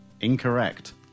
Incorrect